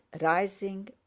rising